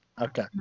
Okay